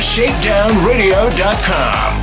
ShakedownRadio.com